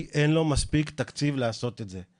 כי אין לו מספיק תקציב לעשות את זה.